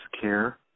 care